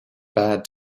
bad